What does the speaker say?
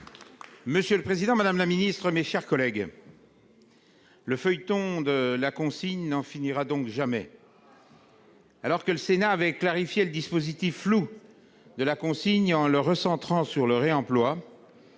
Monsieur le président, madame la secrétaire d'État, mes chers collègues, le feuilleton de la consigne n'en finira donc jamais. Alors que le Sénat avait clarifié le dispositif flou de la consigne en le recentrant sur le réemploi,